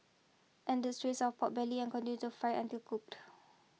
add strips of pork belly continue to fry until cooked